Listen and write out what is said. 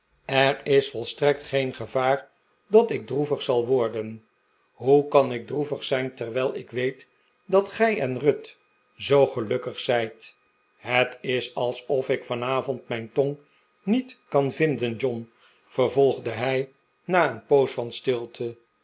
er is volstrekt geen gevaar dat ik droevig zal worden hoe kan ik droevig zijn terwijl ik weet dat gij en ruth zoo gelukkig zijt het is alsof ik vanavond mijn tong niet kan vinden john vervolgde hij na een poos van stilte